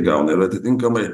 gauna ir atitinkamai